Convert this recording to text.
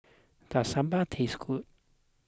does Sambar taste good